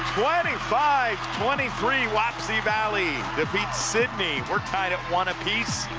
twenty five twenty three wapsie valley defeats sidney we're tied at one apiece.